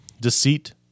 deceit